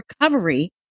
recovery